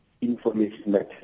information